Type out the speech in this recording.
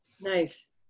Nice